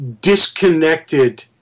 disconnected